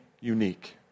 unique